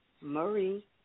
Marie